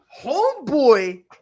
Homeboy